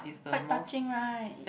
quite touching right